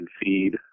feed